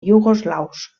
iugoslaus